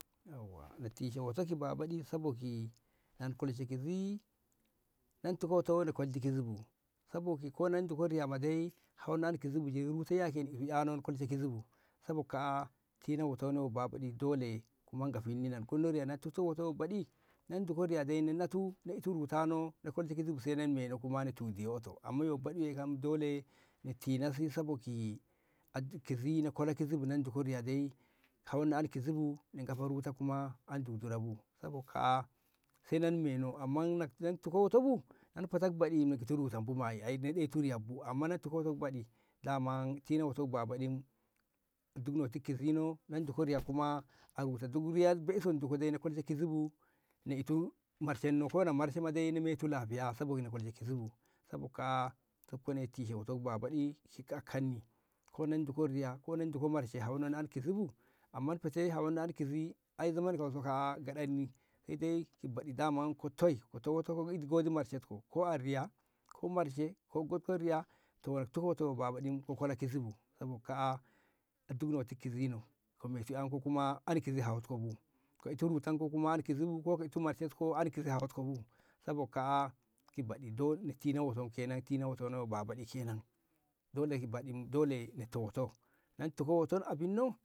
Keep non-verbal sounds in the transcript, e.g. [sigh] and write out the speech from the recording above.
yauwa na tishe wo'oto ki babaɗi sabo ki na na kolshe kizi nan tiko wo'oto na kolshe kizi bu sabo ki ko nan diko riya dai hawono an kizi bu sabo ki ruta ya ni ano na kol kizi bu sabo ka'a tino wo'otonno so babaɗi dole kuma gafinni na gonno riya tuko wo'oto yo babaɗi na nduko riya dai natu itu rutano kolshe kizi bu ka na ndu metu kola bai yoto amma yo baɗiye kam dole na tina si sabo ki a dukk kizi na kola kizi bu nan nduko riya dai hawonno an kizi bu na gafa ruta kuma an dudura bu sabo ka'a kaba nan meno amman nan fata tiko wo'oto bu nan fata baɗi na itu ruta bu maa'i ai na itu ruta bu daman tinak wo'oto ki babaɗi a dukk ne ti kizi no na na nduno riya kuma [noise] du riya bai so ni ndu ko kuma ni itu marshen no ko na marshe ma gono metu lahiya sabo kaa'a inta ne'e tishe wo'oto babaɗik kani ko na nduko riya ko na nduko marshe hawonno an kizi bu amman hete hawonno an kizi ai zaman kauso kaa'a gyaɗanni sai dai ki baɗi daman ki toi ka tai wo'oto gidi idi marshenko ko a riya ko got ko marshe na ka tiko wo'oto ki babaɗi ka kola kizi bu sabo kaa'a a dukk neti kizi no ka metu ƴanko kuma an kizi hawon ko bu ka itu rutan ko an kizi bu ko ka itu marshenko an kizi hawo ka bu sabo kaa'a ki baɗi dole na tishe wo'oto hawono na tina wo'oto yo babaɗi kenan dole ki baɗi dole na tina nan tiko wo'oto a binno.